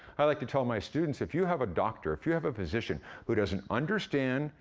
i like to tell my students, if you have a doctor, if you have a physician who doesn't understand,